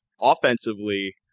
offensively